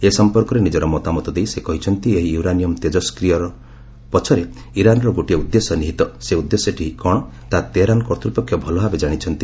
ଏ ସମ୍ପର୍କରେ ନିଜର ମତାମତ ଦେଇ ସେ କହିଛନ୍ତି ଏହି ୟୁରାନିୟମ୍ ତେକଷ୍କ୍ରିୟକରଣ ପଛରେ ଇରାନ୍ର ଗୋଟିଏ ଉଦ୍ଦେଶ୍ୟ ନିହିତ ସେ ଉଦ୍ଦେଶ୍ୟଟି କ'ଣ ତାହା ତେହେରାନ୍ କର୍ଭୂପକ୍ଷ ଭଲଭାବେ କାଶିଛନ୍ତି